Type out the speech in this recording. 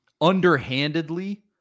underhandedly